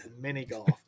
mini-golf